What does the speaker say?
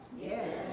Yes